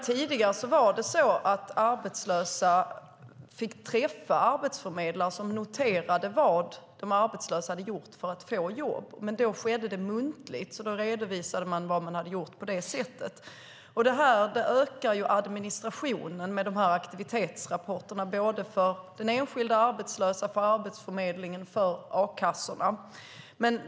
Tidigare fick arbetslösa träffa arbetsförmedlare som noterade vad de arbetslösa hade gjort för att få jobb. Då skedde det muntligt - man redovisade vad man hade gjort på det sättet. Aktivitetsrapporterna ökar administrationen för den enskilda arbetslösa, för Arbetsförmedlingen och för a-kassorna.